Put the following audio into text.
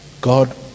God